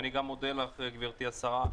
אני גם מודה לך, גברתי השרה.